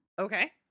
Okay